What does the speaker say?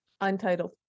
Untitled